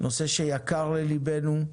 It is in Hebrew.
נושא שיקר ללבנו.